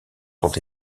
sont